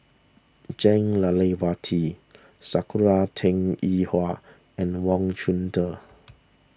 Jah Lelawati Sakura Teng Ying Hua and Wang Chunde